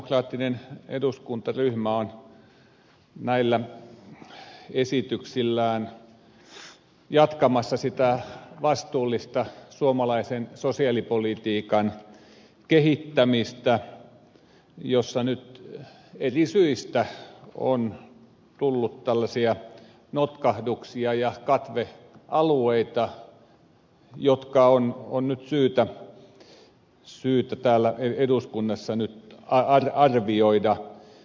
sosialidemokraattinen eduskuntaryhmä on näillä esityksillään jatkamassa sitä vastuullista suomalaisen sosiaalipolitiikan kehittämistä jossa nyt eri syistä on tullut tällaisia notkahduksia ja katvealueita jotka on syytä täällä eduskunnassa arvioida